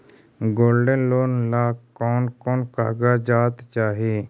Gold loan ला कौन कौन कागजात चाही?